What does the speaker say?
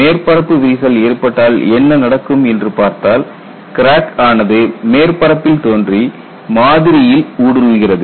மேற்பரப்பு விரிசல் ஏற்பட்டால் என்ன நடக்கும் என்று பார்த்தால் கிராக் ஆனது மேற்பரப்பில் தோன்றி மாதிரியில் ஊடுருவுகிறது